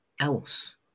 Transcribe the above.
else